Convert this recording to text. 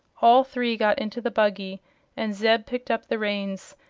all three got into the buggy and zeb picked up the reins,